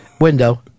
window